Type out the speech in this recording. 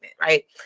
Right